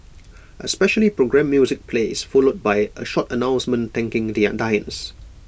A specially programmed music plays followed by A short announcement thanking their diners